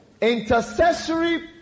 intercessory